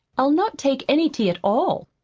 i'll not take any tea at all,